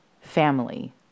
family